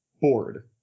bored